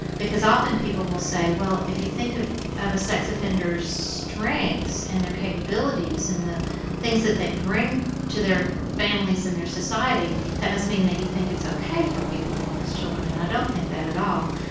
because often people will say, well if you think of other sex offenders strengths and their capabilities and the things that they bring to their families and their society, that must mean that you think it's ok for people to molest children. and i don't think that at all.